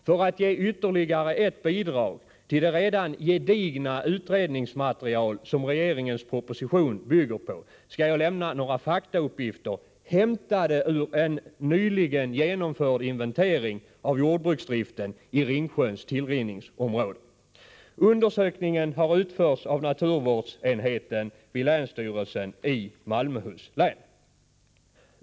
För att ge ytterligare ett bidrag till det redan gedigna utredningsmaterial som regeringens proposition bygger på skall jag lämna några faktauppgifter, hämtade ur en nyligen genomförd inventering av jordbruksdriften i Ringsjöns tillrinningsområde. Undersökningen har utförts av naturvårdsenheten vid länsstyrelsen i Malmöhus län.